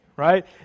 Right